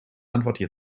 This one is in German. antworten